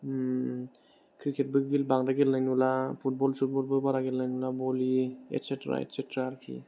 क्रिकेटफोरबो बांद्राय गेलेनाय नुला फुटबल सुटबल बारा गेलेनाय नुला भलि एटसेट्रा एटसेट्रा